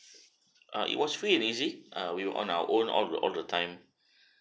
uh it was free and easy uh we on our own all all the time